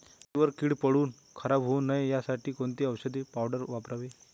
डाळीवर कीड पडून खराब होऊ नये यासाठी कोणती औषधी पावडर वापरावी?